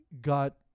got